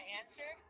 answer